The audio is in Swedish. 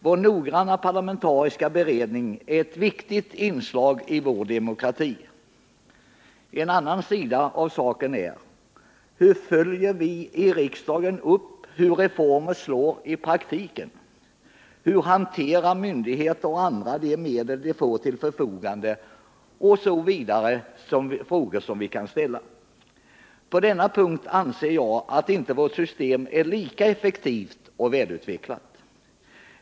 Vår noggranna parlamentariska beredning är ett viktigt inslag i vår demokrati. En annan sida av saken är att man kan ställa frågor som: Hur följer vi i riksdagen upp hur reformer slår i praktiken? Hur hanterar myndigheter och andra de medel de får till förfogande? På denna punkt anser jag att vårt system inte är lika effektivt och välutvecklat.